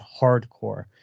hardcore